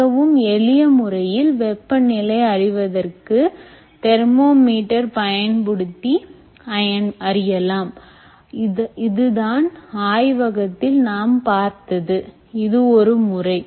மிகவும் எளிய முறையில் வெப்பநிலை அறிவதற்கு தெர்மோமீட்டர் பயன்படுத்தி அறியலாம் இதுதான் ஆய்வகத்தில் நாம் பார்த்தது இது ஒரு முறை